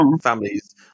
families